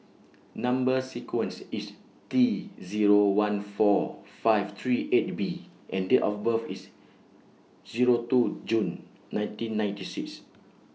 Number sequence IS T Zero one four five three eight B and Date of birth IS Zero two June nineteen ninety six